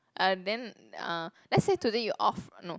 uh then uh let's say today you off no